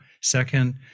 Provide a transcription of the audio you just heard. Second